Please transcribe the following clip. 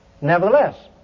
Nevertheless